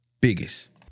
Biggest